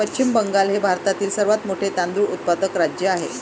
पश्चिम बंगाल हे भारतातील सर्वात मोठे तांदूळ उत्पादक राज्य आहे